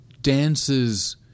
dances